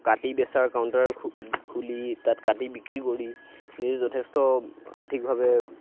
কাটি বেচাৰ কাউন্টাৰ খু খুলি তাত কাটি বিক্ৰী কৰি নিজে যথেষ্ট আৰ্থিকভাৱে